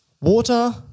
water